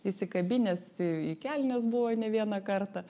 įsikabinęs į į kelnes buvo ne vieną kartą